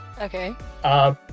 Okay